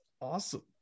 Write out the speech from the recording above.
awesome